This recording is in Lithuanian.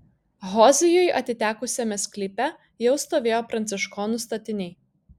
hozijui atitekusiame sklype jau stovėjo pranciškonų statiniai